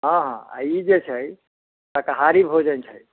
हाँ हाँ ई जे छै शाकाहारी भोजन छै